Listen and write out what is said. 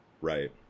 right